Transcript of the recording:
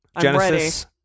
Genesis